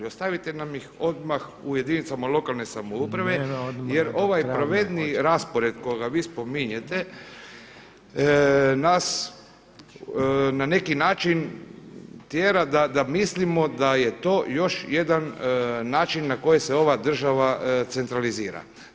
Ostavite nam ih odmah u jedinicama lokalne samouprave jer ovaj pravedniji raspored kojega vi spominjete nas na neki način tjera da mislimo da je to još jedan način na koji se ova država centralizira.